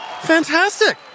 Fantastic